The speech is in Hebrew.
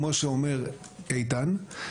כמו שאומר איתן,